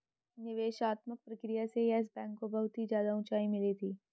निवेशात्मक प्रक्रिया से येस बैंक को बहुत ही ज्यादा उंचाई मिली थी